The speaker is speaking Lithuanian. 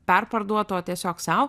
perparduotų o tiesiog sau